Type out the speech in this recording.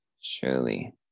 Surely